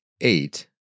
eight